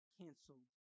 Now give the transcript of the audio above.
canceled